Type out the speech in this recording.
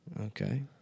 Okay